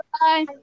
Bye